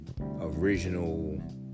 original